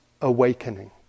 awakening